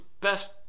best